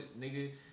nigga